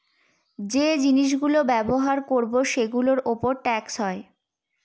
যে জিনিস গুলো ব্যবহার করবো সেগুলোর উপর ট্যাক্স হয়